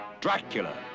Dracula